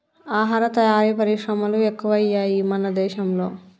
ఆహార తయారీ పరిశ్రమలు ఎక్కువయ్యాయి మన దేశం లో